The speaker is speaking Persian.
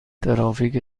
ترافیک